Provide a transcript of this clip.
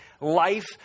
life